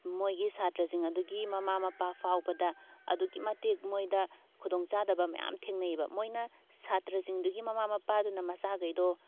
ꯃꯣꯏꯒꯤ ꯁꯥꯇ꯭ꯔꯁꯤꯡ ꯑꯗꯨꯒꯤ ꯃꯃꯥ ꯃꯄꯥ ꯐꯥꯎꯕꯗ ꯑꯗꯨꯛꯀꯤ ꯃꯇꯤꯛ ꯃꯣꯏꯗ ꯈꯨꯗꯣꯡ ꯆꯥꯗꯕ ꯃꯌꯥꯝ ꯊꯦꯡꯅꯩꯑꯕ ꯃꯣꯏꯅ ꯁꯥꯇ꯭ꯔꯁꯤꯡꯗꯨꯒꯤ ꯃꯃꯥ ꯃꯄꯥꯗꯨꯅ ꯃꯆꯥꯈꯩꯗꯣ